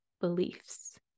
beliefs